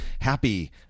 happy